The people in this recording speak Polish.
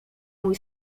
mój